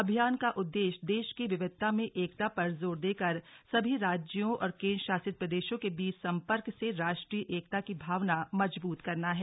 अभियान का उद्देश्य देश की विविधता में एकता पर जोर देकर सभी राज्यों और केन्द्रं शासित प्रदेशों के बीच सम्पर्क से राष्ट्रीय एकता की भावना मजबूत करना है